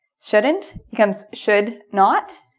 shouldn't becomes should not.